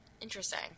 Interesting